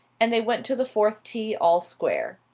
and they went to the fourth tee all square.